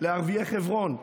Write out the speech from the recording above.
לערביי חברון,